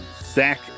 Zach